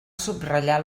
subratllar